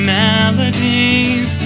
melodies